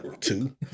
Two